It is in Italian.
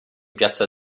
piazza